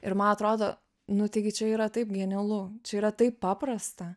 ir man atrodo nu taigi čia yra taip genialu čia yra taip paprasta